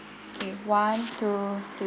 okay one two three